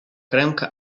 ręka